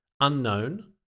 unknown